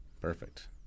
Perfect